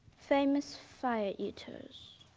famous fire eaters.